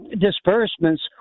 disbursements